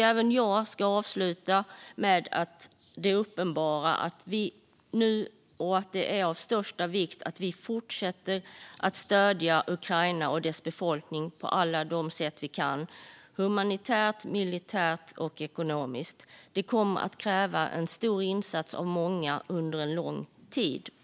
Även jag ska avsluta mitt anförande med det uppenbara att det är av största vikt att vi fortsätter att stödja Ukraina och dess befolkning på alla de sätt vi kan - humanitärt, militärt och ekonomiskt. Det kommer att kräva en stor insats av många under lång tid.